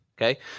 Okay